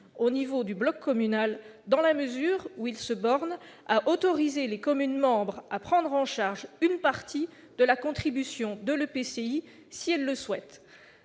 pour le bloc communal. En l'occurrence, on se borne à autoriser les communes membres à prendre en charge une partie de la contribution de l'EPCI si elles le souhaitent.